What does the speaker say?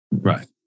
Right